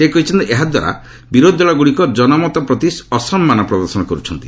ସେ କହିଛନ୍ତି ଏହା ଦ୍ୱାରା ବିରୋଧୀ ଦଳଗୁଡ଼ିକ ଜନମତ ପ୍ରତି ଅସମ୍ମାନ ପ୍ରଦର୍ଶନ କରିଛନ୍ତି